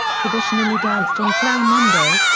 traditionally danced on plough monday,